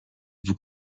vous